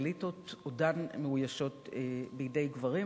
האליטות עודן מאוישות בגברים,